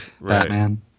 batman